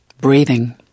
Breathing